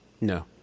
no